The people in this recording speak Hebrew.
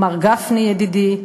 מר גפני ידידי,